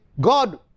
God